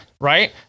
right